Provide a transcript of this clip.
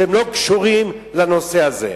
שלא קשורים לנושא הזה,